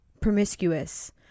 promiscuous